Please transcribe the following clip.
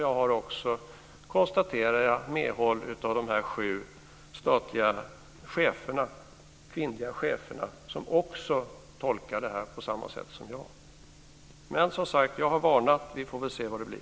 Jag har också, konstaterar jag, medhåll av de sju kvinnliga statliga cheferna, som tolkar det här på samma sätt som jag. Jag har varnat, och vi får se vad det blir.